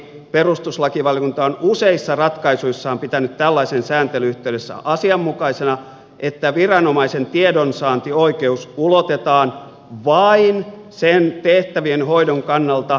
perustuslakivaliokunta on useissa ratkaisuissaan pitänyt tällaisen sääntelyn yhteydessä asianmukaisena että viranomaisen tiedonsaantioikeus ulotetaan vain sen tehtävien hoidon kannalta välttämättömiin tietoihin